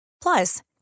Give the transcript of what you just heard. Plus